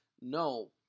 No